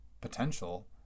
potential